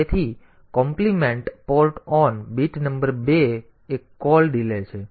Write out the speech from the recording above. તેથી complement port on bit number 2 એ call delay છે